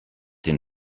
den